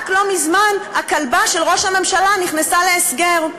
רק לא מזמן הכלבה של ראש הממשלה נכנסה להסגר.